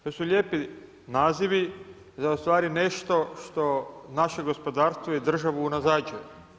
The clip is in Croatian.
To su lijepi nazivi za ustvari nešto što naše gospodarstvo i državu unazađuje.